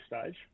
stage